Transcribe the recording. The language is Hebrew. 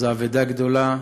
זו אבדה גדולה